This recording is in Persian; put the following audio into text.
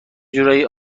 جورایی